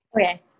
Okay